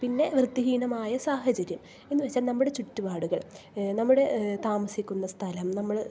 പിന്നെ വൃത്തിഹീനമായ സാഹചര്യം എന്നു വെച്ചാൽ നമ്മുടെ ചുറ്റുപാടുകൾ നമ്മളുടെ താമസിക്കുന്ന സ്ഥലം നമ്മൾ